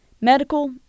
medical